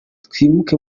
twimuke